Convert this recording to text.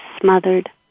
smothered